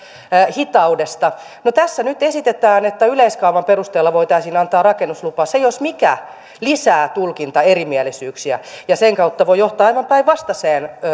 hitaudesta no tässä nyt esitetään että yleiskaavan perusteella voitaisiin antaa rakennuslupa se jos mikä lisää tulkintaerimielisyyksiä ja sen kautta voi johtaa aivan päinvastaiseen